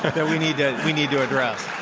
that we need ah we need to address.